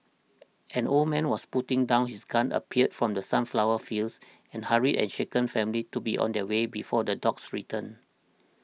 an old man was putting down his gun appeared from the sunflower fields and hurried the shaken family to be on their way before the dogs return